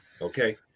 Okay